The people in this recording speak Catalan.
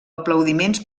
aplaudiments